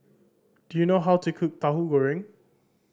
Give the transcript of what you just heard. do you know how to cook Tauhu Goreng